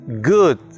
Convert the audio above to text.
good